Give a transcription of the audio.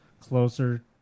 closer